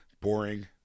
Boring